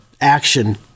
action